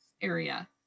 area